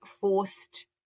forced